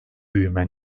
büyüme